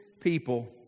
people